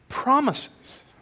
Promises